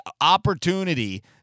opportunity